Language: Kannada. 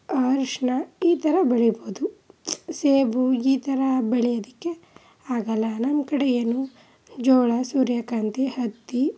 ಅರ್ಶಿಣ ಈ ಥರ ಬೆಳೀಬೋದು ಸೇಬು ಈ ಥರ ಬೆಳೆಯದಿಕ್ಕೆ ಆಗಲ್ಲ ನನ್ನ ಕಡೆ ಏನು ಜೋಳ ಸೂರ್ಯಕಾಂತಿ ಹತ್ತಿ